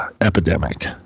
epidemic